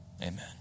Amen